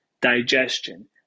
digestion